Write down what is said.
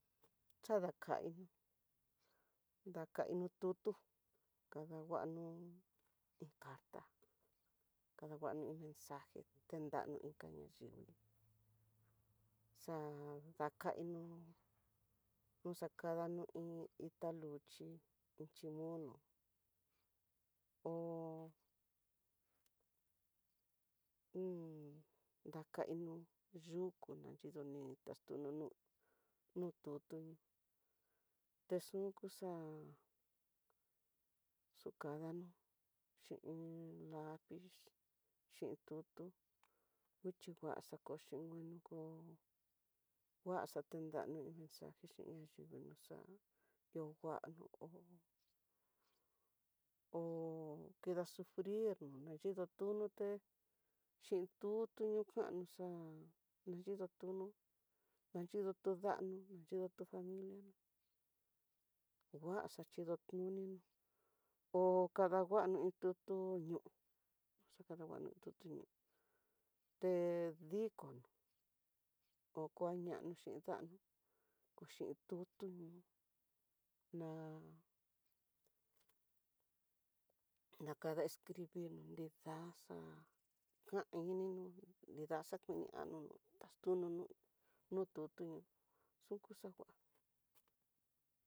Xadakaino, dakaino tutu, kadanguano ni carta, kanguano iin mensaje tendanol inka nayu xa dakaino no xakadano iin, taluxhi iin xhimono hó dakaino yuku nayido ni taxtunu nu, nu tutu texunku xa'á xukadano xhin iin lapiz hin tutu nguixhi ngua xakuxhu nguanuko ngua xatendano iin mensaje xhin nayi nixa lionguano hó ho kida sufrir nonayido tunoté xhin tutu kano xa'á nayido tuno nayindo ndano, nayido tu familia no nguaxa xhidotuni, ho kadanguano iin tutu ñoo noxakanguano iin tutu ñoo té dikono oko ñano xhin ndano ko xhin tutu na nakada escribir, no nrida xa'á kan ininó nridaxa kiniano, taxtuno no tutu xuxa ngua.